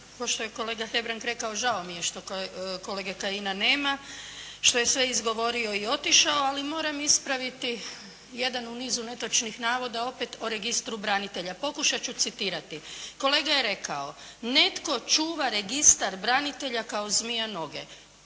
pa poštovani je kolega Hebrang rekao, žao mi je što kolege Kajina nema, što je sve izgovorio i otišao, ali moram ispraviti jedan u nizu netočnih navoda, opet o registru branitelja. Pokušati ću citirati, kolega je rekao: "Netko čuva registar branitelja kao zmija noge".